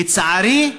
לצערי,